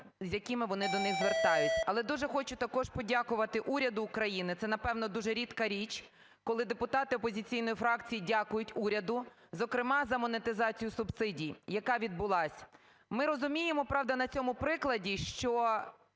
з якими вони до них звертаються. Але дуже хочу також подякувати уряду України. Це, напевно, дуже рідка річ, коли депутати опозиційної фракції дякують уряду, зокрема, за монетизацію субсидій, яка відбулась. Ми розуміємо, правда, на цьому прикладі, що